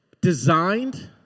designed